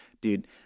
dude